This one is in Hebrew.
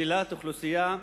שלילה מאוכלוסייה שלמה,